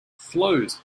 flows